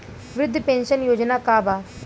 वृद्ध पेंशन योजना का बा?